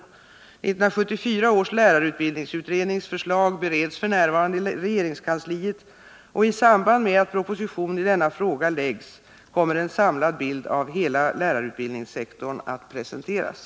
1974 års lärarutbildningsutrednings förslag bereds f. n. i regeringskansliet, och i samband med att proposition i denna fråga läggs fram kommer en samlad bild av hela lärarutbildningssektorn att presenteras.